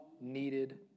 needed